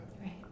Right